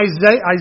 Isaiah